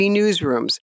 newsrooms